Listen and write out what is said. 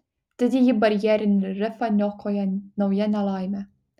didįjį barjerinį rifą niokoja nauja nelaimė